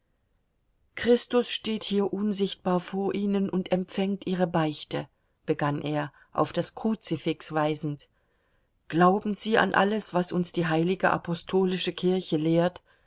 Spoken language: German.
christus steht hier unsichtbar vor ihnen und empfängt ihre beichte begann er auf das kruzifix weisend glauben sie an alles was uns die heilige apostolische kirche lehrt